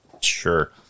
Sure